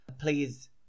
Please